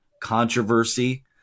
controversy –